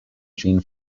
gene